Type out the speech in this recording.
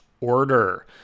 order